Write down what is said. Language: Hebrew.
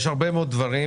יש הרבה מאוד דברים